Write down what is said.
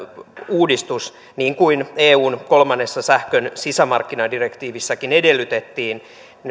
uudistus niin kuin eun kolmannessa sähkön sisämarkkinadirektiivissäkin edellytettiin